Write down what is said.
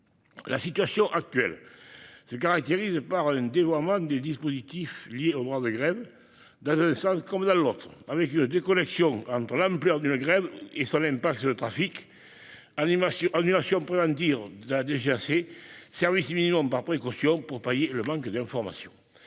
La situation actuelle se caractérise par un dévoiement des dispositifs liés au droit de grève, dans un sens comme dans l'autre, avec une déconnexion croissante entre l'ampleur d'une grève et son impact sur le trafic, du fait des annulations préventives par la DGAC et du déclenchement du service minimum par précaution, pour pallier le manque d'information.